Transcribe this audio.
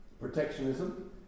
protectionism